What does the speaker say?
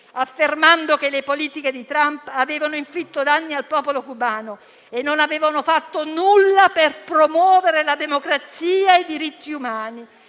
affermando che le politiche di Trump avevano inflitto danni al popolo cubano e non avevano fatto nulla per promuovere la democrazia e i diritti umani.